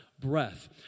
breath